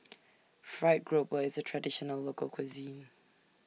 Fried Grouper IS A Traditional Local Cuisine